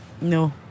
No